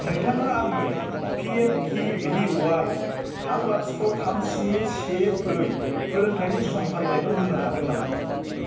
नोंथाङा आंनो P M K V Y थाम लाथिख' थाम स्नि से ब्रै फोरोंथाइनि सम फारिलाइखौ होनो हागोन नामा